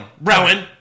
Rowan